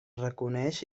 reconeix